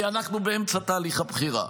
כי אנחנו באמצע תהליך הבחירה.